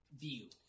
view